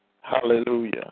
Hallelujah